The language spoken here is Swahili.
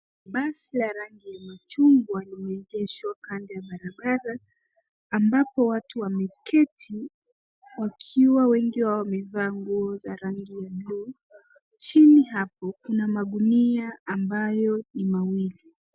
Basi la rangi ya machungwa limeegeshwa kando ya barabara ambapo watu wameketi wakiwa wengi wamevalia nguo za rangi ya buluu. Chini hapo kuna magunia ambayo ni mawili.